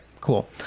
Cool